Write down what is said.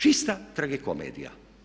Čista tragikomedija!